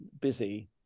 busy